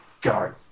go